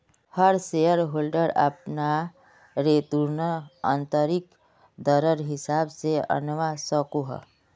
हर share holder अपना return आंतरिक दरर हिसाब से आंनवा सकोह